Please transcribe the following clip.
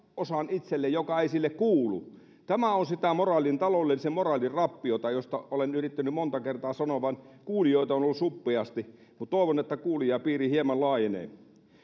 osan itselleen joka ei sille kuulu tämä on sitä taloudellisen moraalin rappiota josta olen yrittänyt monta kertaa sanoa vaan kuulijoita on ollut suppeasti mutta toivon että kuulijapiiri hieman laajenee